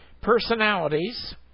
personalities